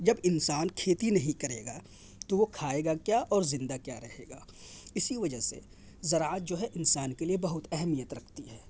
جب انسان کھیتی نہیں کرے گا تو وہ کھائے گا کیا اور زندہ کیا رہے گا اسی وجہ سے زراعت جو ہے انسان کے لیے بہت اہمیت رکھتی ہے